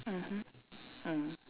mmhmm mm